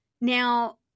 now